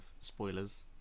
spoilers